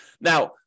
Now